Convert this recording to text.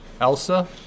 Elsa